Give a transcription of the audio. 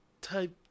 type